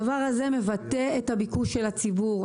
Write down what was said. הדבר הזה מבטא את הביקוש של הציבור.